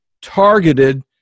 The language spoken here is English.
targeted